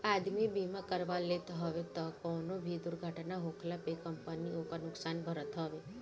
आदमी बीमा करवा लेत हवे तअ कवनो भी दुर्घटना होखला पे कंपनी ओकर नुकसान भरत हवे